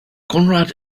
conrad